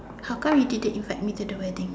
how come you didn't invite me to the wedding